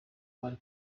bari